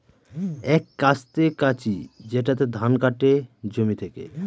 এক কাস্তে কাঁচি যেটাতে ধান কাটে জমি থেকে